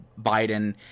Biden